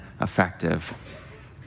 effective